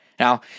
Now